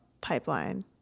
pipeline